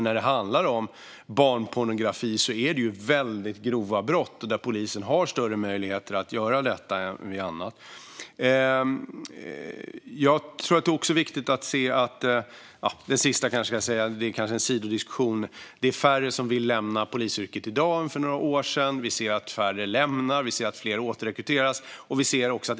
När det handlar om barnpornografi är det ju väldigt grova brott, och då har polisen större möjligheter att göra detta än vid vissa andra brott. Det sista jag vill säga här är kanske en sidodiskussion. Det är färre som vill lämna polisyrket i dag än för några år sedan. Vi ser att färre lämnar polisen, och vi ser att fler återrekryteras.